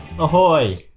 Ahoy